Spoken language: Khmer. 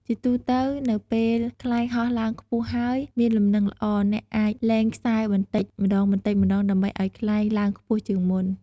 ជាទូទៅ នៅពេលខ្លែងហោះឡើងខ្ពស់ហើយមានលំនឹងល្អ អ្នកអាចលែងខ្សែបន្តិចម្តងៗ ដើម្បីឱ្យខ្លែងឡើងខ្ពស់ជាងមុន។